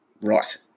Right